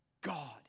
God